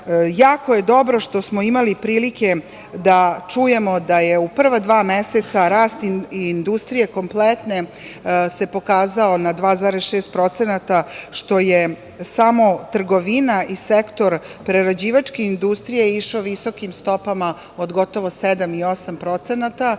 je dobro što smo imali prilike da čujemo da je u prva dva meseca rast industrije kompletne se pokazao na 2,6%, što je samo trgovina i sektor prerađivačke industrije išao visokim stopama od gotovo 7 i 8%